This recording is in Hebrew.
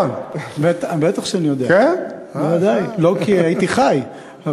עוד אף אחד לא חטף סטירת לחי על חנופה.